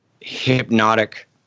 hypnotic